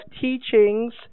teachings